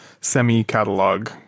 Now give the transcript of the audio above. semi-catalog